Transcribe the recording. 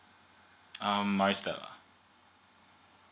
um maris stella